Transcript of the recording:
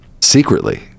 secretly